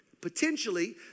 potentially